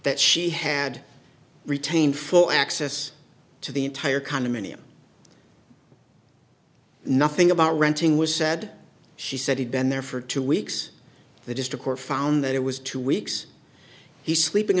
that she had retained full access to the entire condominium nothing about renting was said she said he'd been there for two weeks the district court found that it was two weeks he's sleeping